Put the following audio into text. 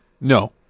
No